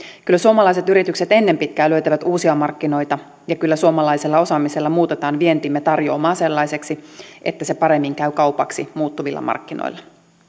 kyllä suomalaiset yritykset ennen pitkää löytävät uusia markkinoita ja kyllä suomalaisella osaamisella muutetaan vientimme tarjoomaa sellaiseksi että se paremmin käy kaupaksi muuttuvilla markkinoilla